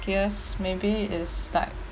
luckiest maybe is like